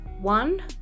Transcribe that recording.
one